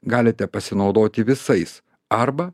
galite pasinaudoti visais arba